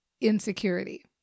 insecurity